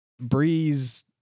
Breeze